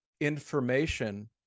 information